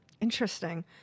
Interesting